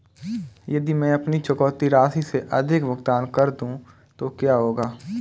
यदि मैं अपनी चुकौती राशि से अधिक भुगतान कर दूं तो क्या होगा?